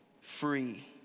free